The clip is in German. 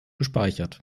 gespeichert